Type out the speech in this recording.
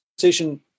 conversation